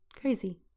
Crazy